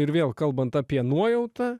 ir vėl kalbant apie nuojautą